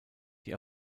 die